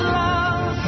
love